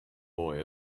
boy